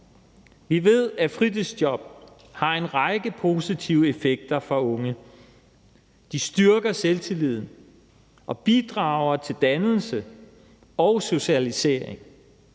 Vi ved, at fritidsjob har en række positive effekter for unge. De styrker selvtilliden og bidrager til dannelse og socialisering.